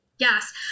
Yes